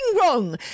wrong